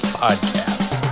podcast